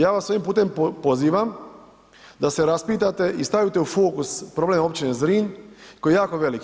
Ja vas ovim putem pozivam da se raspitate i stavite u fokus problem općine Zrin koji je jako velik.